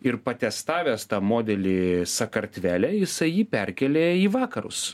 ir patestavęs tą modelį sakartvele jisai jį perkėlė į vakarus